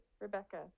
Rebecca